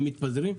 הם מתפזרים?